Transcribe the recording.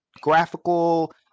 Graphical